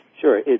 Sure